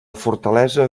fortalesa